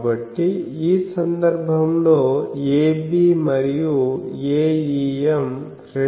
కాబట్టి ఈ సందర్భంలో Ab మరియు Aem రెండూ ఒకేలా ఉంటాయి